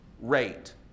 rate